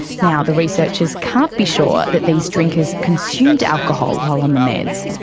now, the researchers can't be sure that these drinkers consumed alcohol while on the meds,